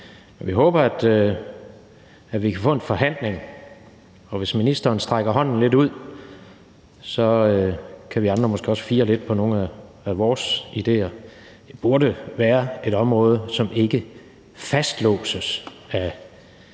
Vi håber, at vi kan få en forhandling, og hvis ministeren strækker hånden lidt ud, kan vi andre måske også fire lidt på nogle af vores idéer. Det burde være et område, som ikke fastlåses af